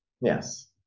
yes